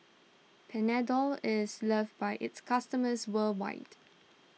Panadol is loved by its customers worldwide